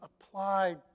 applied